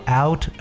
out